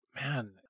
man